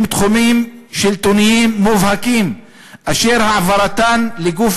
הן תחומים שלטוניים מובהקים אשר העברתם לגוף